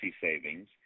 savings